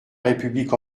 république